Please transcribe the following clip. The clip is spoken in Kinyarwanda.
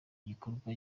gikorwa